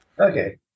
Okay